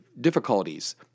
difficulties